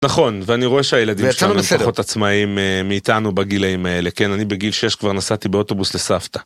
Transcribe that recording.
נכון, ואני רואה שהילדים שלנו הם פחות עצמאים מאיתנו בגילאים האלה. כן, אני בגיל 6 כבר נסעתי באוטובוס לסבתא.